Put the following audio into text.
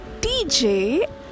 DJ